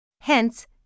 Hence